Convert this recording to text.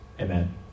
Amen